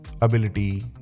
ability